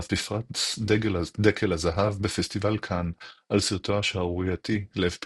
ואף בפרס דקל הזהב בפסטיבל קאן על סרטו השערורייתי "לב פראי".